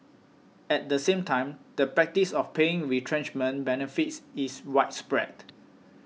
at the same time the practice of paying retrenchment benefits is widespread